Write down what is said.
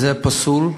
וזה פסול.